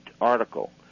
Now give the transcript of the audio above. article